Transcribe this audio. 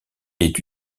est